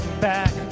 back